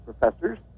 professors